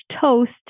toast